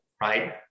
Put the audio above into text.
right